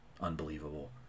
unbelievable